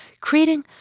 Creating